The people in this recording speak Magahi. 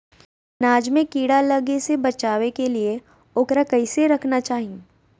अनाज में कीड़ा लगे से बचावे के लिए, उकरा कैसे रखना चाही?